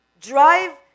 Drive